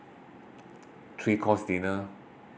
three course dinner